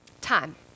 Time